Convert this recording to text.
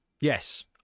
yes